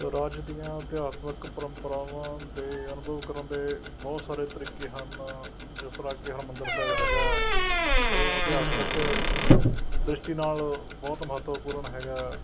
ਰਾਜ ਦੀਆਂ ਅਧਿਆਤਮਿਕ ਪਰੰਪਰਾਵਾਂ ਦੇ ਅਨੁਭਵ ਕਰਨ ਦੇ ਬਹੁਤ ਸਾਰੇ ਤਰੀਕੇ ਹਨ ਜਿਸ ਤਰ੍ਹਾਂ ਕਿ ਹਰਿਮੰਦਰ ਸਾਹਿਬ ਹੈਗਾ ਉਹ ਅਧਿਆਤਮਿਕ ਦ੍ਰਿਸ਼ਟੀ ਨਾਲ ਬਹੁਤ ਮਹੱਤਵਪੂਰਨ ਹੈਗਾ